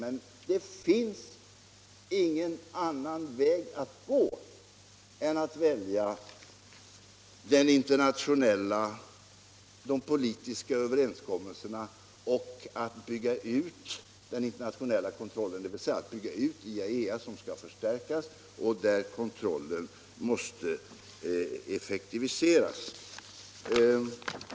Man har emellertid ingen annan väg att gå än att träffa politiska överenskommelser och att bygga ut den internationella kontrollen, dvs. att bygga ut och förstärka IAEA och därmed effektivisera kontrollen.